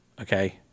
Okay